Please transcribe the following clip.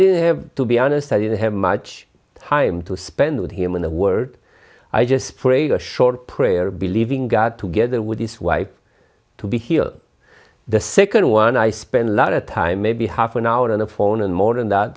didn't have to be honest i didn't have much time to spend with him in a word i just prayed a short prayer believing god together with his wife to be here the second one i spent a lot of time maybe half an hour on a phone and more than that